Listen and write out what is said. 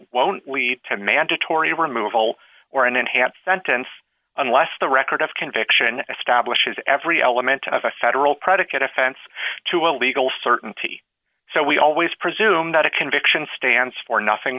won't lead to mandatory removal or an enhanced sentence unless the record of conviction establishes every element of a federal predicate offense to a legal certainty so we always presume that a conviction stands for nothing